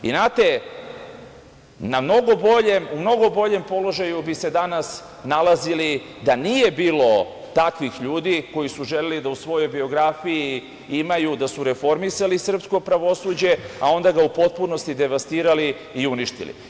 Znate, na mnogo boljem položaju bi se danas nalazili da nije bilo takvih ljudi koji su želeli da u svojoj biografiji imaju da su reformisali srpsko pravosuđe, a onda ga u potpunosti devastirali i uništili.